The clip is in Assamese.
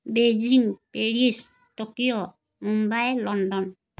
Beijing Paris Tokyo Mumbai London